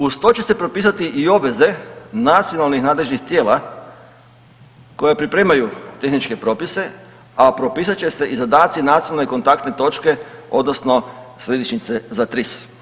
Uz to će se propisati i obveze nacionalnih nadležnih tijela koja pripremaju tehničke propise, a propisat će se i zadaci nacionalne kontaktne točke odnosno središnjice za TRIS.